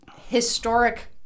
historic